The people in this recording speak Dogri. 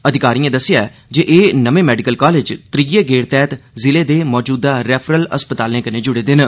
अधिकारिए दस्सेआ ऐ जे एह नमें मेडिकल कालेज त्रीए गेड़ तैहत जिले दे मजूदा रैफ्रल अस्पताले कन्नै जुड़े दे न